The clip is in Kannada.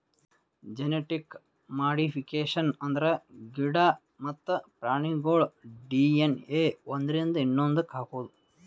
ಜೆನಟಿಕ್ ಮಾಡಿಫಿಕೇಷನ್ ಅಂದ್ರ ಗಿಡ ಮತ್ತ್ ಪ್ರಾಣಿಗೋಳ್ ಡಿ.ಎನ್.ಎ ಒಂದ್ರಿಂದ ಇನ್ನೊಂದಕ್ಕ್ ಹಾಕದು